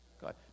God